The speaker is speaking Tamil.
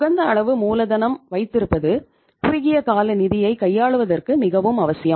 உகந்த அளவு மூலதனம் வைத்திருப்பது குறுகிய கால நிதியை கையாளுவதற்கு மிகவும் அவசியம்